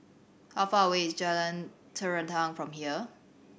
how far away is Jalan Terentang from here